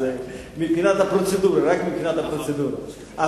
אז מבחינת הפרוצדורה, רק מבחינת הפרוצדורה.